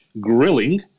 grilling